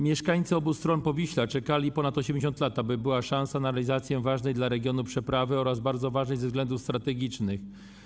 Mieszkańcy obu stron Powiśla czekali ponad 80 lat na to, aby była szansa na realizację ważnej dla regionu przeprawy, a także bardzo ważnej ze względów strategicznych.